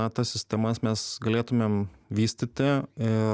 na tas sistemas mes galėtumėm vystyti ir